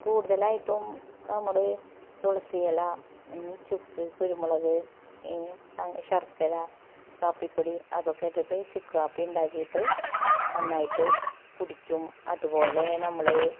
കൂടുതലായിട്ടും നമ്മള് തുളസി ഇല ചുക്ക് കുരുമുളക് ശര്ക്കര കാപ്പിപ്പൊടി അതൊക്കെ ഇട്ടിട്ട് ചുക്ക്കാപ്പിയുണ്ടാക്കിയിട്ട് നന്നായിട്ട് കുടിക്കും അത്പോലെ നമ്മള്